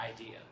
idea